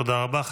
תודה רבה.